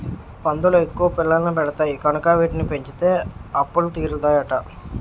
పందులు ఎక్కువ పిల్లల్ని పెడతాయి కనుక వీటిని పెంచితే అప్పులు తీరుతాయట